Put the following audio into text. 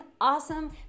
awesome